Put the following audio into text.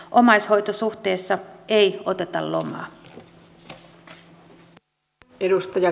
omaishoitosuhteessa ei oteta lomaa